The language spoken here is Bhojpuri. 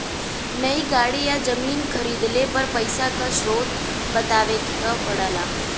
नई गाड़ी या जमीन खरीदले पर पइसा क स्रोत बतावे क पड़ेला